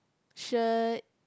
shirt